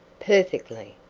perfectly,